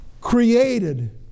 created